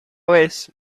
vez